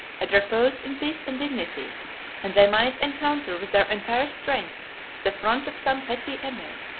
had reposed in peace and dignity and they might encounter with their entire strength the front of some petty emir,